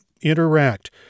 interact